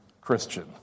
Christian